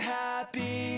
happy